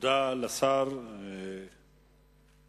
תודה לשר ארדן.